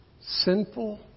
sinful